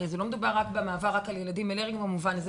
והרי לא מדובר רק על ילדים אלרגיים --- נכון,